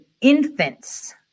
infants